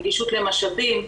נגישות למשאבים,